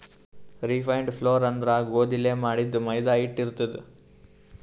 refined flour ಅಂದ್ರ ಗೋಧಿಲೇ ಮಾಡಿದ್ದ್ ಮೈದಾ ಹಿಟ್ಟ್ ಇರ್ತದ್